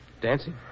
Dancing